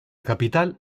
capital